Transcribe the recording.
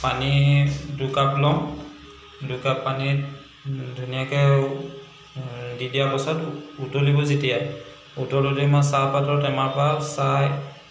পানী দুকাপ লওঁ দুকাপ পানীত ধুনীয়াকৈ দি দিয়াৰ পাছত উতলিব যেতিয়া উতলোতে মই চাহ পাতৰ টেমাৰ পৰা চাহ